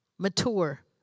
mature